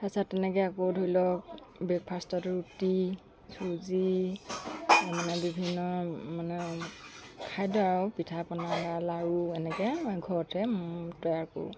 তাৰ পাছত তেনেকৈ আকৌ ধৰি লওঁক ব্ৰেকফাষ্টত ৰুটি চুজি মানে বিভিন্ন মানে খাদ্য আৰু পিঠা পনা লাৰু এনেকৈ ঘৰতে তৈয়াৰ কৰোঁ